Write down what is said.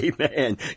Amen